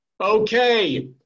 Okay